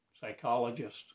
Psychologist